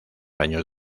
años